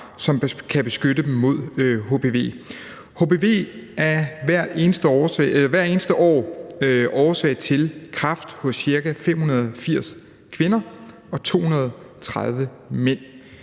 som kan beskytte dem mod hpv. Hpv er hvert eneste år årsag til kræft hos ca. 580 kvinder og 230 mænd.